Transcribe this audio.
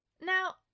Now